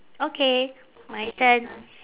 okay my turn